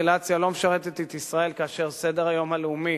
אסקלציה לא משרתת את ישראל כאשר סדר-היום הלאומי